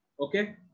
Okay